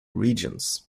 regions